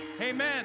Amen